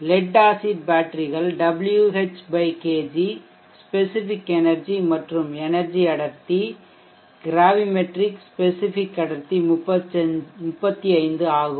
let acid பேட்டரிகள் Wh kg specific energy மற்றும் energy அடர்த்தி கிராவிமெட்ரிக் ஸ்பெசிஃபிக் அடர்த்தி 35 ஆகும்